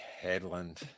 headland